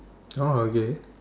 oh okay